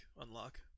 unlock